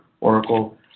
Oracle